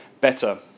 better